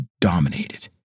dominated